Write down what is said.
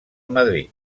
madrid